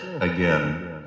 again